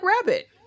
rabbit